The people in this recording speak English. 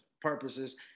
purposes